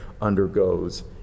undergoes